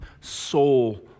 soul